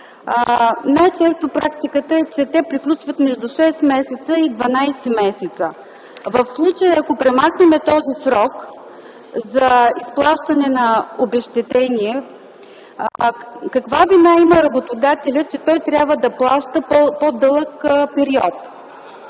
Най-често практиката е, че те приключват между шест и дванадесет месеца. В случая, ако премахнем срока за изплащане на обезщетение, каква вина има работодателят, че трябва да плаща по-дълъг период?